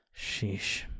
Sheesh